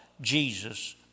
Jesus